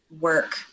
work